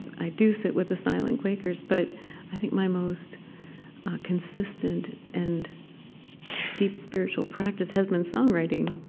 i do sit with the silent quakers, but i think my most consistent and deep spiritual practice has been songwriting.